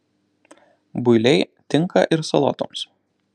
builiai tinka ir salotoms